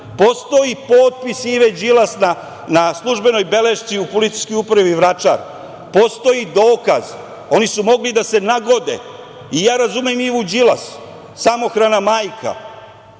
Postoji potpis Ive Đilas na službenoj belešci u Policijskoj upravi Vračar, postoji dokaz. Oni su mogli da se nagode. Ja razumem Ivu Đilas, samohrana majka,